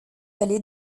vallée